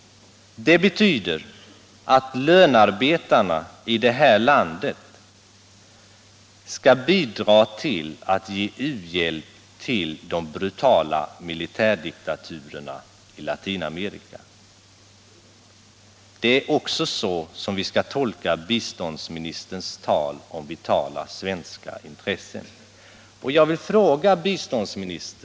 Det betyder att lönarbetarna i det här landet skall bidra till att ge u-hjälp till de brutala militärdiktaturerna i Latinamerika. Det är också så som vi skall tolka biståndsministerns tal om vitala svenska intressen.